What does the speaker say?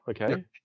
okay